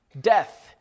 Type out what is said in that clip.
death